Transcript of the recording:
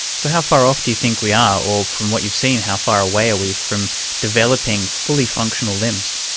so how far off do you think we are, or from what you've seen, how far away are we from developing fully functional limbs?